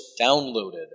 downloaded